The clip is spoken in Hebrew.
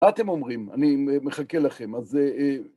מה אתם אומרים? אני מחכה לכם.